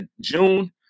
June